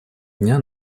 дня